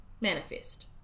manifest